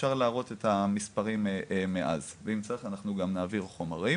אפשר להראות את המספרים מאז ואם צריך אנחנו גם נעביר חומרים,